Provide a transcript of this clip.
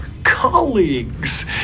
colleagues